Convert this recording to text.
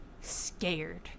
scared